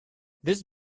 this